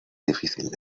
difícil